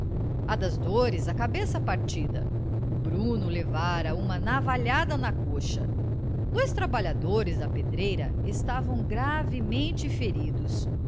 a das dores a cabeça partida o bruno levara uma navalhada na coxa dois trabalhadores da pedreira estavam gravemente feridos